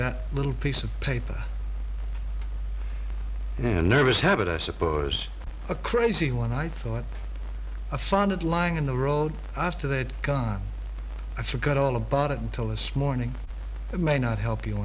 that little piece of paper a nervous habit i suppose a crazy one i thought a funded lying in the road after they'd gone i forgot all about it until this morning it may not help you